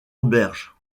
auberge